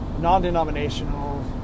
non-denominational